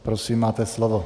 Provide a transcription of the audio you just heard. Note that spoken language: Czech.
Prosím, máte slovo.